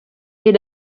est